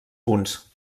punts